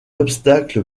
obstacle